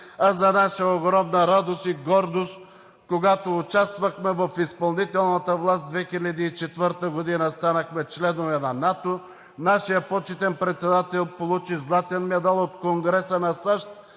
а за наша огромна радост и гордост, когато участвахме в изпълнителната власт 2004 г., станахме членове на НАТО, нашият почетен председател получи златен медал от Конгреса на САЩ